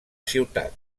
ciutat